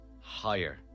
Higher